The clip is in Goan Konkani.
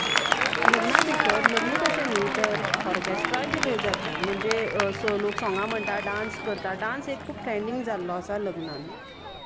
खूब लग्ना भितर लग्नच अशें न्हय तर ऑर्केस्ट्राय बी थंय जाता म्हणजे लोक सोंगा म्हणटा डांस करता डांस एक खूब ट्रेंडींग जाल्लो आसा लग्नांनी